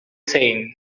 same